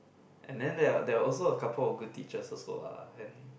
and then there are there are also a couple of good teachers also lah and